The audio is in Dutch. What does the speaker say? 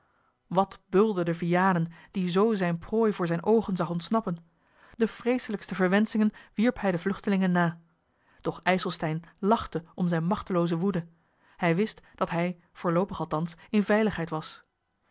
wat bulderde vianen die zoo zijne prooi voor zijne oogen zag ontsnappen de vreeselijkste verwenschingen wierp hij de vluchtelingen na doch ijselstein lachte om zijne machtelooze woede hij wist dat hij voorloopig althans in veiligheid was